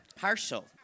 Partial